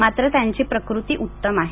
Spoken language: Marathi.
मात्रत्यांची प्रकृती उत्तम आहे